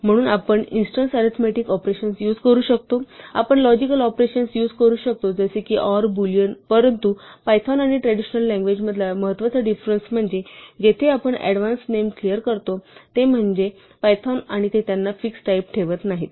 म्हणून आपण instance arithmetic operations use करू शकतो आपण लॉजिकल ऑपरेशन्स युझ करू शकतो जसे की ऑर बूलियन परंतु पायथॉन आणि ट्रॅडिशनल लँग्वेज मधला महत्त्वाचा डीफेरेंस म्हणजे जेथे आपण ऍडव्हान्स नेम डिक्लेर करतो ते म्हणजे पायथॉन आणि ते त्यांना फिक्स टाईप ठेवत नाहीत